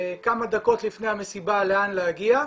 כמה דקות לפני המסיבה לאן להגיע,